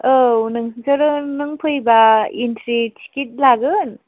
औ नोंसोरो नों फैबा एनट्रि टिकेट लागोन